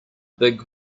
big